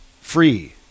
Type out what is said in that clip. free